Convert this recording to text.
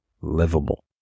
livable